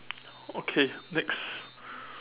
okay next